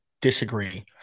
disagree